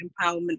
empowerment